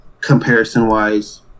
comparison-wise